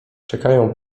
czekają